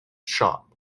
shop